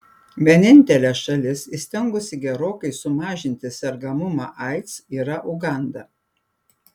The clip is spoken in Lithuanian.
vienintelė šalis įstengusi gerokai sumažinti sergamumą aids yra uganda